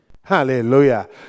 Hallelujah